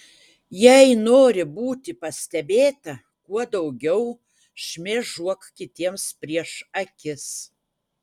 jei nori būti pastebėta kuo daugiau šmėžuok kitiems prieš akis